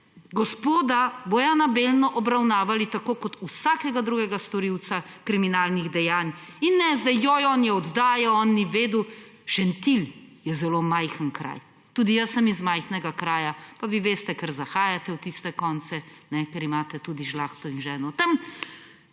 gospoda Bojana Belno obravnavali tako, kot vsakega drugega storilca kriminalnih dejanj. In ne zdaj, joj, on je oddajal, on ni vedel – Šentilj je zelo majhen kraj. Tudi jaz sem iz majhnega kraja pa vi veste, ker zahajate v tiste konce, ker imate tudi žlahto in ženo tam,